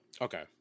okay